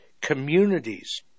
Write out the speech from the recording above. communities